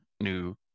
new